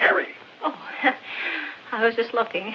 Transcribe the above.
kerry was just looking